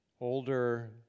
older